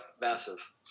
massive